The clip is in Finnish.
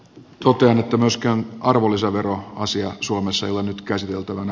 totean että myöskään arvonlisäveroasia suomessa ei ole nyt käsiteltävänä